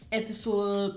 episode